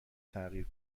تغییر